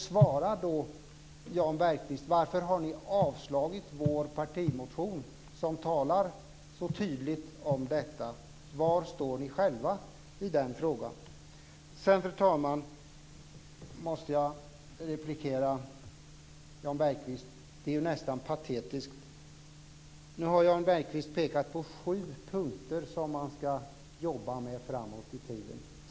Svara då, Jan Bergqvist. Varför har ni avstyrkt vår partimotion, som talar så tydligt om detta? Var står ni själva i den frågan? Sedan, fru talman, måste jag replikera på det Jan Bergqvist sade. Det är nästan patetiskt. Nu har Jan Bergqvist pekat på sju punkter som man ska jobba med framåt i tiden.